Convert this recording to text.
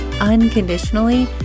unconditionally